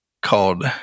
called